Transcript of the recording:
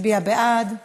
לוועדת הכספים.